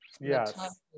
Yes